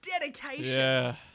dedication